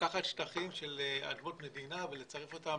לקחת שטחים של אדמות מדינה ולצרף אותם